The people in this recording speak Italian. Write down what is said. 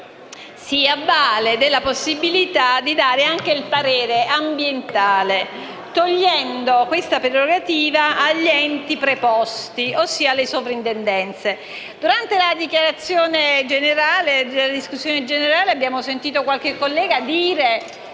si avvale della possibilità di formulare anche il parere ambientale, togliendo questa prerogativa agli enti preposti, ossia alle sovrintendenze. Durante la discussione generale, abbiamo ascoltato qualche collega dire